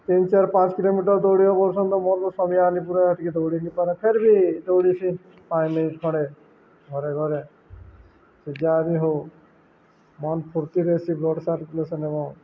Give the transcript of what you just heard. ତିନ ଚାରି ପାଞ୍ଚ କିଲୋମିଟର ଦୌଡ଼ିବାକୁ କରୁସନ୍ ମୋର ସମୟ ଆନି ପରେରା ଟିକେ ଦୌଡ଼ିନି ପାରେ ଫେର୍ ବି ଦୌଡ଼ିସି ପାଞ୍ଚ ମିନ ଖଣ୍ଡେ ଘରେ ଘରେ ସେ ଯାହା ବି ହଉ ମନ ଫୁର୍ତ୍ତି ରହେସି ବ୍ଲଡ଼ ସାର୍କୁଲେସନ ଏବଂ